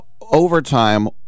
Overtime